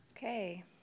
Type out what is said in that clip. Okay